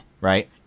right